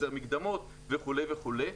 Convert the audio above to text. החזר מקדמות וכו' וכו',